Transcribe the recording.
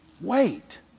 Wait